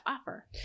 offer